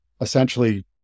essentially